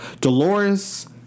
Dolores